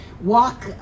walk